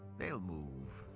they'll move.